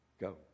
go